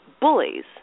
bullies